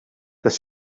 das